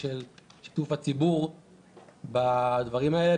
של שיתוף הציבור בדברים האלה,